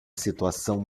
situação